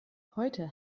heute